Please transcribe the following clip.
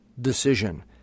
decision